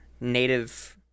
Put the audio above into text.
native